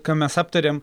ką mes aptarėm